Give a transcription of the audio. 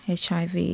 HIV